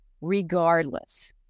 regardless